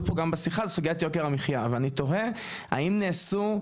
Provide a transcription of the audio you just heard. פה גם בשיחה זו סוגיית יוקר המחייה ואני תוהה האם נעשו,